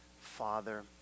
Father